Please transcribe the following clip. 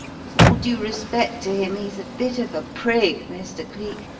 with all due respect to him, he's a bit of a prig, mr. cleek,